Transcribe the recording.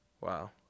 Wow